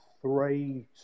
three